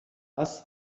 was